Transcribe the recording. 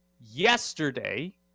yesterday